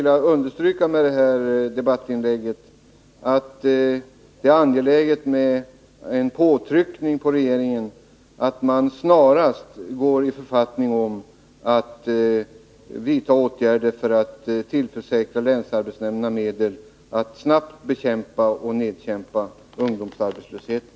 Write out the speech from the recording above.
Jag skulle därför i det här debattinlägget vilja understryka att det är angeläget med en påtryckning på regeringen att man snarast går i författning om att vidta åtgärder för att tillförsäkra länsarbetsnämnderna medel att snabbt bekämpa och nedkämpa ungdomsarbetslösheten.